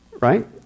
Right